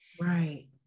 Right